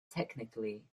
technically